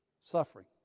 suffering